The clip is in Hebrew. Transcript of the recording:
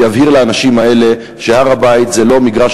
שיבהיר לאנשים האלה שהר-הבית זה לא מגרש